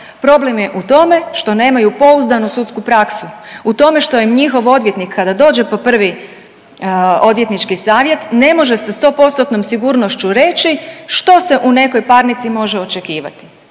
problem je u tome što nemaju pouzdanu sudsku praksu, u tome što im njihov odvjetnik kada dođe po prvi odvjetnički savjet ne može sa 100%-tnom sigurnošću reći što se u nekoj parnici može očekivati